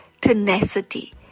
tenacity